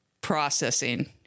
processing